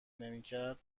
نمیکرد